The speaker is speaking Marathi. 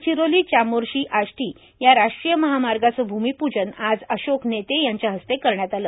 गडचिरोली चामोर्शी आष्टी या राष्ट्रीय महामार्गाचे भूमिपूजन आज अशोक नेते यांच्या हस्ते करण्यात आले